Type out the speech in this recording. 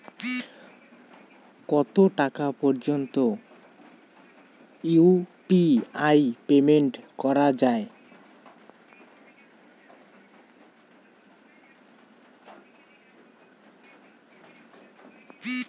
কত টাকা পর্যন্ত ইউ.পি.আই পেমেন্ট করা যায়?